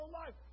life